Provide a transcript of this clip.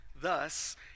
Thus